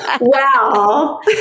Wow